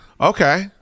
Okay